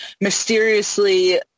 mysteriously